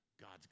God's